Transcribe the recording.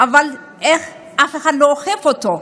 אבל איך אף אחד לא אוכף אותו?